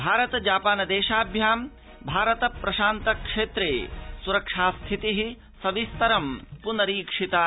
Bharata Japan देशाभ्यां भारत प्रशान्त क्षेत्रे सुरक्षा स्थिति सविस्तर प्नरीक्षिता